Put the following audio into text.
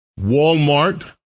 Walmart